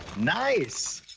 nice!